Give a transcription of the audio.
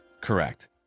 Correct